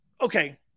okay